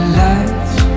lights